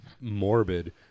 morbid